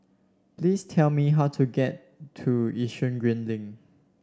please tell me how to get to Yishun Green Link